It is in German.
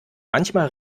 manchmal